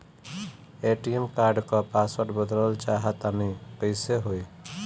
ATM card क password बदलल चाहा तानि कइसे होई?